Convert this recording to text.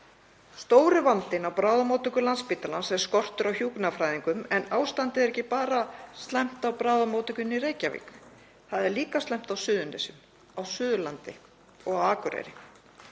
Stóri vandinn á bráðamóttöku Landspítalans er skortur á hjúkrunarfræðingum. En ástandið er ekki bara slæmt á bráðamóttökunni í Reykjavík, það er líka slæmt á Suðurnesjum, á Suðurlandi og á Akureyri.